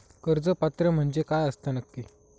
कर्ज पात्र म्हणजे काय असता नक्की?